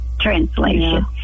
translation